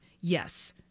yes